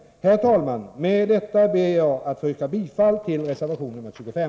Herr talman! Med detta ber jag att få yrka bifall till reservation nr 25.